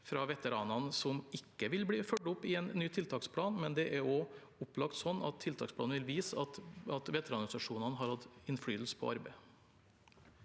fra veteranene som ikke vil bli fulgt opp i en ny tiltaksplan, men det er opplagt også slik at tiltaksplanen vil vise at veteranorganisasjonene har hatt innflytelse på arbeidet.